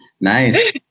nice